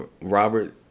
Robert